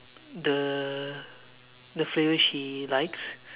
the the flavour she likes